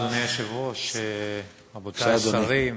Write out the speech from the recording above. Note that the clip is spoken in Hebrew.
אדוני היושב-ראש, תודה רבה, רבותי השרים,